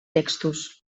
textos